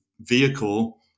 vehicle